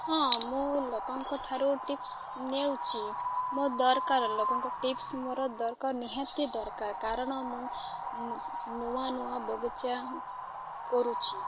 ହଁ ମୁଁ ଲୋକଙ୍କ ଠାରୁ ଟିପ୍ସ ନେଉଛିି ମୋ ଦରକାର ଲୋକଙ୍କ ଟିପ୍ସ ମୋର ଦରକାର ନିହାତି ଦରକାର କାରଣ ମୁଁ ନୂଆ ନୂଆ ବଗିଚା କରୁଛିି